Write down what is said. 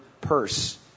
purse